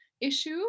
issue